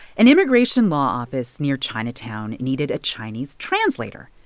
an immigration law office near chinatown needed a chinese translator.